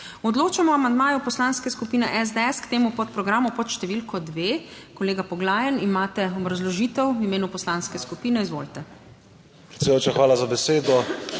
Odločamo o amandmaju Poslanske skupine SDS k temu podprogramu pod številko 2. Kolega Poglajen, imate obrazložitev v imenu poslanske skupine. Izvolite. ANDREJ